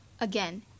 Again